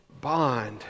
bond